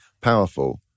powerful